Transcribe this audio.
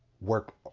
work